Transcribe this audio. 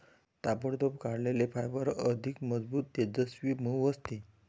ताबडतोब काढलेले फायबर अधिक मजबूत, तेजस्वी, मऊ असते